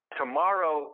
tomorrow